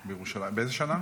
באיזו שנה?